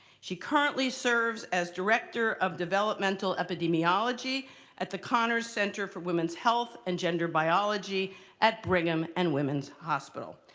she currently serves as director of developmental epidemiology at the connor's center for women's health and gender biology at brigham and women's hospital.